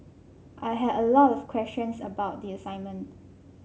I had a lot of questions about the assignment